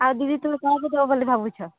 ଆଉ ଦିଦି ତୁମେ କାହାକୁ ଦେବ ବୋଲି ଭାବୁଛ